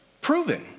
proven